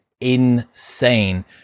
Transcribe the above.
insane